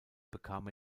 bekam